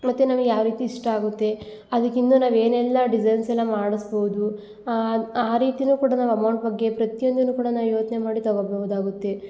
ಮತ್ತು ನಮ್ಗೆ ಯಾವ ರೀತಿ ಇಷ್ಟ ಆಗುತ್ತೆ ಅದಕ್ಕೆ ಇನ್ನು ನಾವು ಏನೆಲ್ಲ ಡಿಸೈನ್ಸ್ ಎಲ್ಲ ಮಾಡಸ್ಬೋದು ಆ ರೀತಿನು ಕೂಡ ನಾವು ಅಮೌಂಟ್ ಬಗ್ಗೆ ಪ್ರತಿಯೊಂದುನು ಕೂಡ ನಾವು ಯೋಚನೆ ಮಾಡಿ ತಗೊಬೋದಾಗುತ್ತೆ